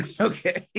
okay